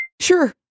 Sure